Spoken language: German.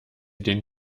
den